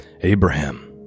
Abraham